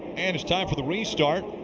and it's time for the restart.